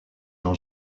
jean